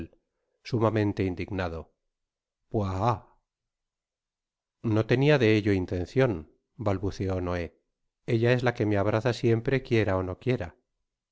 sumamente indignado puaha no tenia de ello intencion balbuceó noé ella es la que me abraza siempre quiera ó no quiera